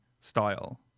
style